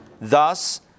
Thus